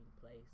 place